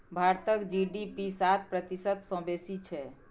भारतक जी.डी.पी सात प्रतिशत सँ बेसी छै